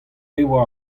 devoa